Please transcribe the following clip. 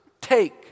take